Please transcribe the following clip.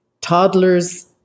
toddlers